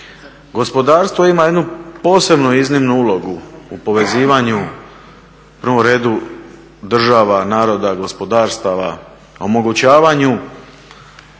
gospodarstvo ima jednu posebno iznimnu ulogu u povezivanju u prvom redu država, naroda, gospodarstava omogućavanju